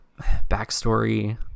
backstory